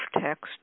text